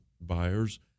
buyers